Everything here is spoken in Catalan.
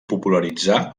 popularitzar